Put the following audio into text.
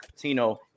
Tino